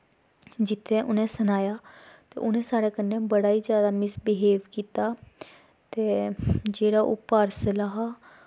जित्थै उ'नें सनाया ते उ'नें साढ़ै कन्नै बड़ा गै मिस विहेब कीता ते जेह्ड़ा ओह् पार्सल हा